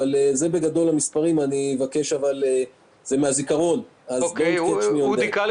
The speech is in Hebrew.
אלה המספרים מהזיכרון, נבקש מאודי לומר במדויק.